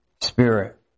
spirit